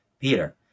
Peter